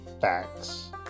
facts